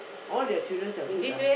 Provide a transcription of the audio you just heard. all their children are good ah